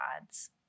gods